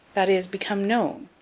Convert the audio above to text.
that is, become known.